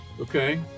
Okay